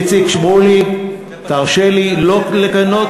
איציק שמולי, תרשה לי לא לכנות